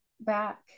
back